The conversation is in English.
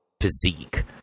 physique